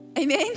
Amen